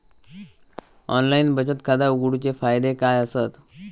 Online बचत खाता उघडूचे फायदे काय आसत?